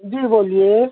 جی بولیے